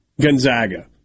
Gonzaga